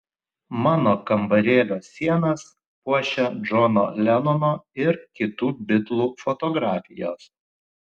mano kambarėlio sienas puošia džono lenono ir kitų bitlų fotografijos